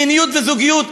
מיניות וזוגיות,